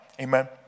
Amen